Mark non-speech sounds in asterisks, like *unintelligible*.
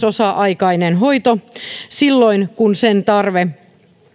*unintelligible* osa aikainen hoito silloin kun sen tarve